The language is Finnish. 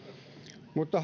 mutta